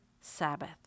Sabbath